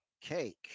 cake